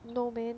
no man